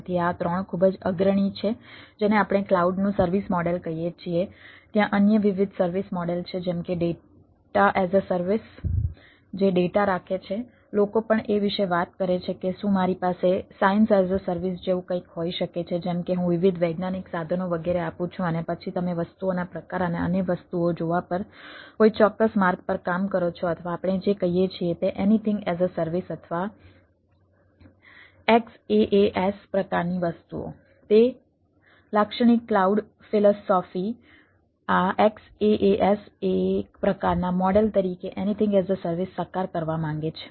તેથી આ ત્રણ ખૂબ જ અગ્રણી છે જેને આપણે ક્લાઉડનું સર્વિસ મોડેલ કહીએ છીએ ત્યાં અન્ય વિવિધ સર્વિસ મોડેલ છે જેમ કે ડેટા એઝ અ સર્વિસ અથવા XaaS પ્રકારની વસ્તુઓ તે લાક્ષણિક ક્લાઉડ ફિલસૂફી આ XaaS એક પ્રકારના મોડેલ તરીકે એનીથિંગ એઝ અ સર્વિસ સાકાર કરવા માંગે છે